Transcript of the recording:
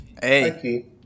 Hey